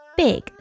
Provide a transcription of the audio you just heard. big